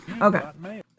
Okay